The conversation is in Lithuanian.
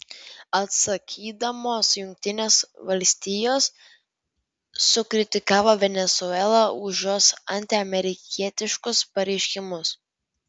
atsakydamos jungtinės valstijos sukritikavo venesuelą už jos antiamerikietiškus pareiškimus